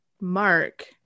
Mark